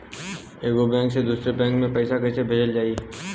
एगो बैक से दूसरा बैक मे पैसा कइसे भेजल जाई?